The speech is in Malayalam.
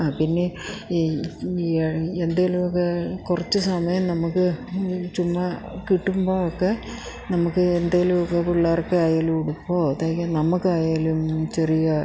ആ പിന്നെ ഈ എന്തെങ്കിലുമൊക്കെ കുറച്ച് സമയം നമുക്ക് ചുമ്മാ കിട്ടുമ്പോഴൊക്കെ നമുക്ക് എന്തെങ്കിലുമൊക്കെ പിള്ളേർക്കായാലും ഉടുപ്പോ തയ്ക്കാൻ നമ്മൾക്കായാലും ചെറിയ